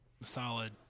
solid